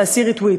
תעשי "ריטווייט",